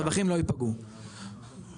הרווחים לא ייפגעו, הרווחים לא ייפגעו.